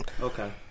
Okay